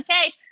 okay